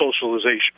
socialization